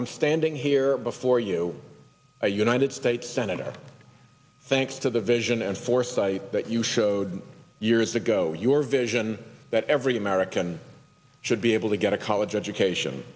i'm standing here before you a united states senator thanks to the vision and foresight that you showed years ago your vision that every american should be able to get a college education